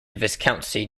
viscountcy